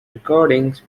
recordings